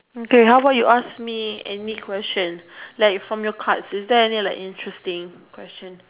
okay how bout you ask me any questions like from your cards is there like any interesting questions